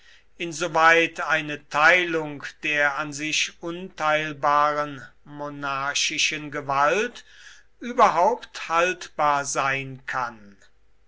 insoweit eine teilung der an sich unteilbaren monarchischen gewalt überhaupt haltbar sein kann